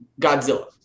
Godzilla